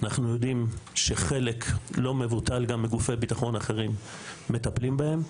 אנחנו יודעים שחלק לא מבוטל גם מגופי ביטחון אחרים מטפלים בהם,